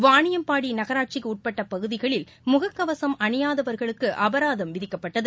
வாணியம்பாடி நகராட்சிக்கு உட்பட்ட பகுதிகளில் முகக்கவசம் அணியாதவர்களுக்கு அபராதம் விதிக்கப்பட்டது